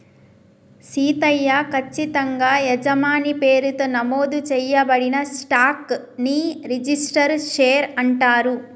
సీతయ్య, కచ్చితంగా యజమాని పేరుతో నమోదు చేయబడిన స్టాక్ ని రిజిస్టరు షేర్ అంటారు